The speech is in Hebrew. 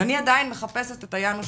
ואני עדיין מחפשת את "היאנוש